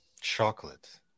Chocolate